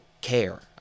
care